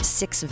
six